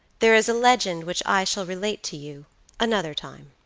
there is a legend which i shall relate to you another time.